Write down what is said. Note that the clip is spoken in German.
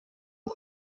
und